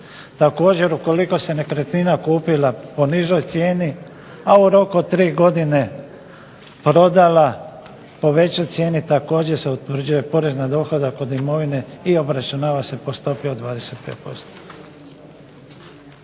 Također, ukoliko se nekretnina kupila po nižoj cijeni, a u roku od tri godine prodala po većoj cijeni također se utvrđuje porez na dohodak od imovine i obračunava se po stopi od 25%.